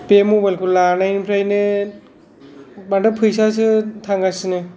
बे मबाइल खौ लानायनिफ्रायनो माथो फैसासो थांगासिनो